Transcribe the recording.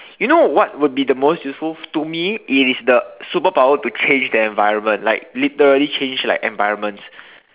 you know what would be the most useful to me it is the superpower to change the environment like literally change like environments